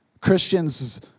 Christians